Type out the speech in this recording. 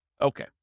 Okay